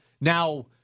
Now